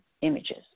images